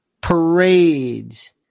parades